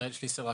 הראל שליסל,